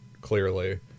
clearly